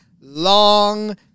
long